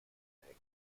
hängen